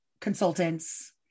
consultants